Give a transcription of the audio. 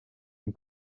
een